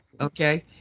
Okay